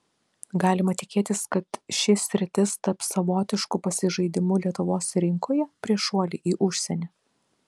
galima tikėtis kad ši sritis taps savotišku pasižaidimu lietuvos rinkoje prieš šuolį į užsienį